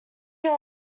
who